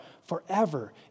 forever